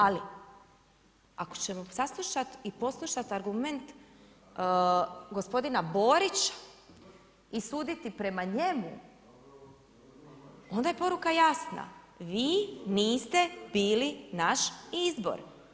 Ali ako ćemo saslušati i poslušati argument gospodina Borića i suditi prema njemu, onda je poruka jasna, vi niste bili naš izbor.